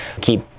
keep